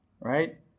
Right